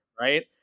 right